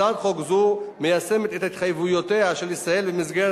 הצעת חוק זו מיישמת את התחייבויותיה של ישראל במסגרת